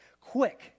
quick